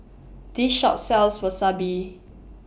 This Shop sells Wasabi